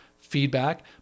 feedback